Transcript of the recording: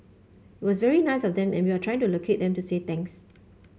it was very nice of them and we are trying to locate them to say thanks